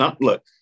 Look